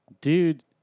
dude